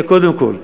זה קודם כול,